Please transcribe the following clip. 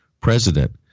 president